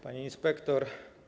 Pani Inspektor!